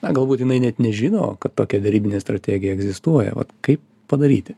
na galbūt jinai net nežino kad tokia derybinė strategija egzistuoja vat kaip padaryti